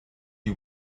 you